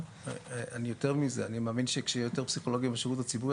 יותר מזה: אני מאמין שכשיהיו יותר פסיכולוגים בשירות הציבורי,